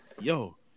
yo